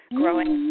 growing